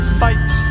fight